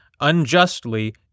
unjustly